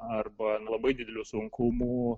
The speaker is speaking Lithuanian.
arba labai didelių sunkumų